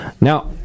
Now